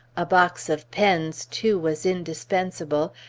a box of pens, too, was indispensable,